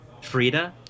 Frida